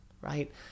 right